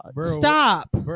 Stop